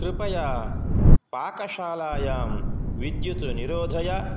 कृपया पाकशालायां विद्युत् निरोधय